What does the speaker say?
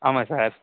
ஆமாம் சார்